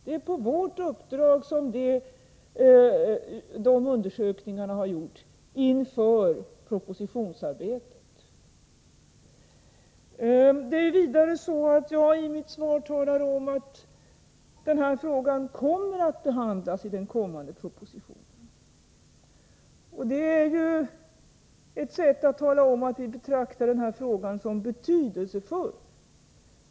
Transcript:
Det är på vårt uppdrag, inför propositionsarbetet, som de undersökningarna har gjorts. Jag talar i mitt svar om att frågan om upprustning av de äldre vattenkraftverken skall behandlas i den kommande propositionen. Det är ett sätt att säga att vi betraktar frågan som betydelsefull.